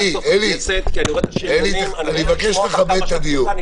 חבר הכנסת אבידר, אני מבקש לכבד את הדיון.